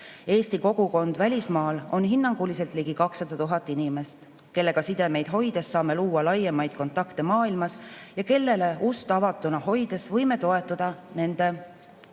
Eesti kogukond välismaal on hinnanguliselt ligi 200 000 inimest, kellega sidemeid hoides saame luua laiemaid kontakte maailmas ja kellele ust avatuna hoides võime toetada nende